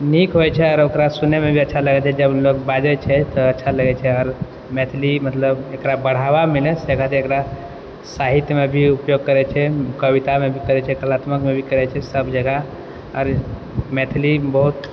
नीक होइ छै आओर ओकरा सुनैमे भी अच्छा लगै छै जब लोक बाजै छै त अच्छा लगै छै आओर मैथिली मतलब एकरा बढ़ावा मिलै छै खातिर एकरा साहित्यमे भी उपयोग करै छै कवितामे भी करै छै कलात्मकमे भी करै छै सब जगह आओर मैथिली बहुत